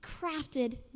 crafted